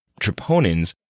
troponins